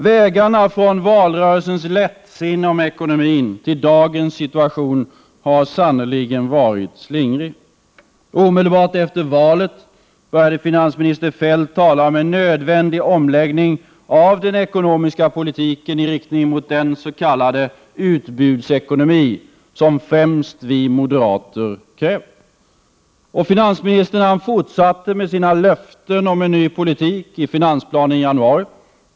Vägarna från valrörelsens lättsinne beträffande ekonomin till dagens situation har sannerligen varit slingriga. Omedelbart efter valet började finansminister Feldt tala om en nödvändig omläggning av den ekonomiska politiken i riktning mot den s.k. utbudsekonomi som främst vi moderater krävt. Finansministern fortsatte med sina löften om en ny politik i finansplanen i januari.